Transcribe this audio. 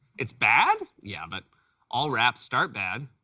it's bad? yeah, but all raps start bad.